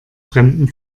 fremden